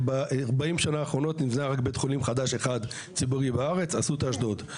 בארבעים השנה האחרונות נגזר רק בית חולים חדש אחד בארץ "אסותא" אשדוד.